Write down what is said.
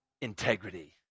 integrity